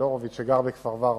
גר בכפר-ורבורג.